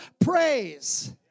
praise